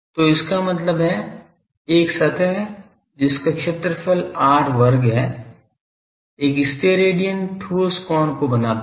तो इसका मतलब है एक सतह जिसका क्षेत्रफल r वर्ग है एक स्टेरेडियन ठोस कोण को बनाता है